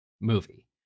movie